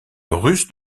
ruse